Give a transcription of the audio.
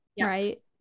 right